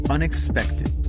Unexpected